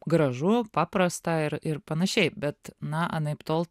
gražu paprasta ir ir panašiai bet na anaiptol